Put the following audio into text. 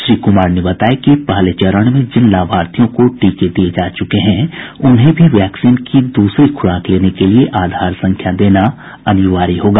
श्री कुमार ने बताया कि पहले चरण में जिन लाभार्थियों को टीके दिये जा च्रके हैं उन्हें भी वैक्सीन की दूसरी खुराक लेने के लिए आधार संख्या देना अनिवार्य होगा